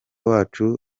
wacu